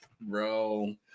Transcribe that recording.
bro